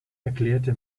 erklärte